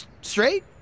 Straight